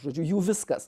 žodžiu jų viskas